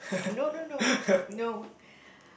no no no no